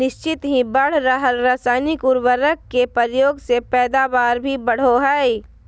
निह्चित ही बढ़ रहल रासायनिक उर्वरक के प्रयोग से पैदावार भी बढ़ो हइ